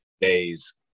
days